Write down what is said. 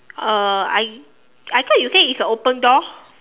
uh I I thought you say it's a open door